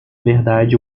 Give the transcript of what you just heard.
verdade